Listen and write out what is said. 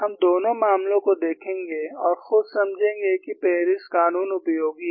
हम दोनों मामलों को देखेंगे और खुद समझेंगे कि पेरिस कानून उपयोगी है